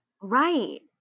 Right